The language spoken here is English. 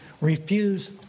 Refuse